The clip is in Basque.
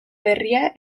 berria